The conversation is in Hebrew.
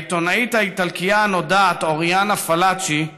לעיתונאית האיטלקייה הנודעת אוריאנה פלאצ'י,